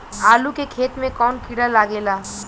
आलू के खेत मे कौन किड़ा लागे ला?